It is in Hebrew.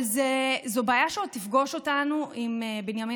אבל זו בעיה שעוד תפגוש אותנו אם בנימין